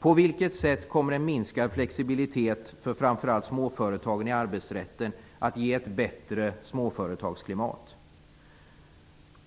På vilket sätt kommer en minskad flexibilitet för framför allt småföretagen i arbetsrätten att ge ett bättre småföretagsklimat?